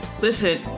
Listen